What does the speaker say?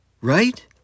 right